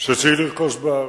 שצריך לרכוש בארץ.